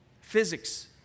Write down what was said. physics